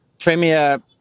premier